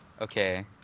Okay